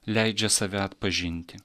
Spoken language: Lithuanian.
leidžia save atpažinti